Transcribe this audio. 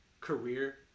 career